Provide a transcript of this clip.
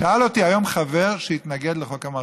שאל אותי היום חבר שהתנגד לחוק המרכולים: